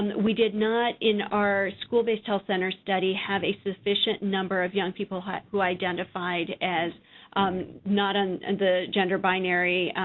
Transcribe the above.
we did not, in our school-based health center study, have a sufficient number of young people who identified as not on the gender binary,